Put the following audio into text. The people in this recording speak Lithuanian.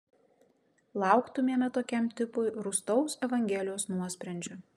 lauktumėme tokiam tipui rūstaus evangelijos nuosprendžio